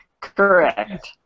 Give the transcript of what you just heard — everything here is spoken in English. Correct